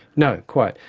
no, quite.